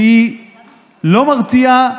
שהיא לא מרתיעה